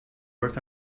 work